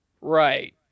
Right